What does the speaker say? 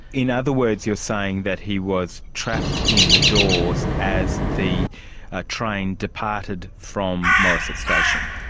in other words you're saying that he was trapped in the doors as the train departed from morisset station.